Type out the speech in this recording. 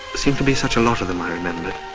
seemed to be such a lot of them i remembered.